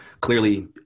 clearly